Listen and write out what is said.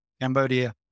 Cambodia